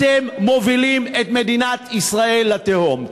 אתם מובילים את מדינת ישראל לתהום.